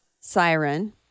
siren